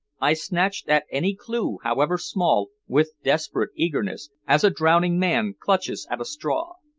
i snatched at any clue, however small, with desperate eagerness, as a drowning man clutches at a straw.